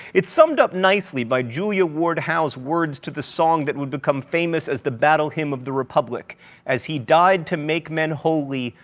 it's summed up nicely by julia ward howe's words to the song that would become famous as the battle hymn of the republic as he died to make men holy,